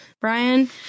Brian